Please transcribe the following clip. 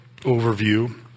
overview